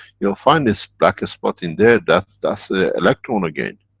you're find this black spot in there, that. that's the electron again.